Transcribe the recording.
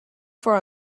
for